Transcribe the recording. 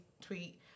tweet